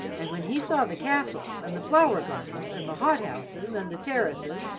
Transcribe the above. and when he saw the castle, and the flower-gardens, and the hot-houses, and the terraces,